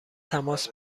تماس